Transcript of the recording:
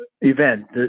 event